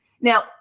Now